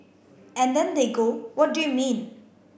and then they go what do you mean